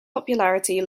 popularity